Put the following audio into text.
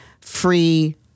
free